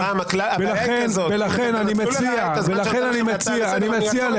ולכן אני מציע --- רם,